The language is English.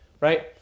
Right